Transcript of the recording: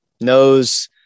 Knows